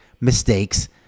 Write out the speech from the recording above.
mistakes